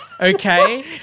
okay